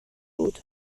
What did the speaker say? بود